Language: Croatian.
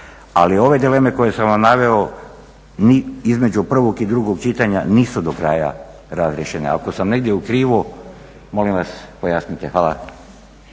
Ali ove dileme koje sam vam naveo između prvog i drugog čitanja nisu do kraja razriješene. Ako sam negdje u krivu molim vas pojasnite. Hvala.